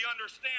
understand